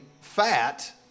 fat